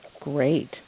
Great